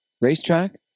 Racetrack